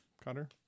Connor